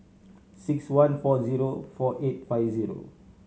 six one four zero four eight five zero